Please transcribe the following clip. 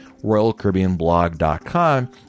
RoyalCaribbeanBlog.com